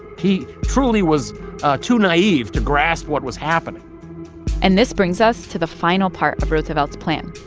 he truly was too naive to grasp what was happening and this brings us to the final part roosevelt's plan,